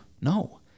No